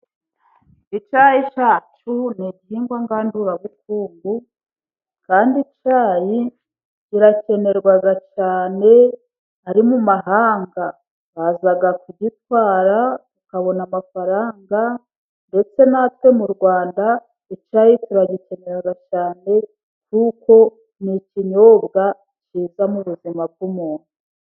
Icyayi cyacu ni igihingwa ngandurabukungu, kandi icyayi kirakenerwa cyane ,ari mu mahanga baza kugitwara tukabona amafaranga ndetse natwe mu Rwanda. Icyayi turagikenera cyane kuko ni ikinyobwa cyiza mu buzima bw'umuntu.